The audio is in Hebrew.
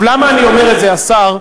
עכשיו, למה אני אומר את זה, השר?